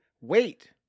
wait